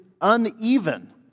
uneven